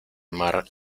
mar